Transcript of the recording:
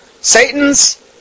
Satan's